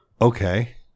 Okay